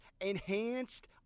enhanced